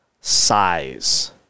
size